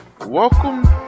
welcome